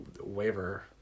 waiver